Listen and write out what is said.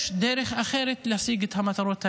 יש דרך אחרת להשיג את המטרות האלה,